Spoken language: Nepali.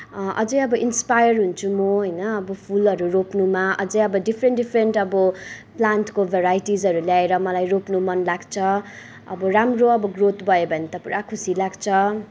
अझै अब इन्सपायर हुन्छु म होइन अब फुलहरू रोप्नुमा अझै अब डिफ्रेन्ट डिफ्रेन्ट अब प्लान्टको भेराइटिजहरू ल्याएर मलाई रोप्नु मनलाग्छ अब राम्रो अब ग्रोथ भयो भने त पुरा खुसी लाग्छ